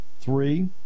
Three